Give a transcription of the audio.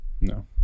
No